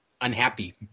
unhappy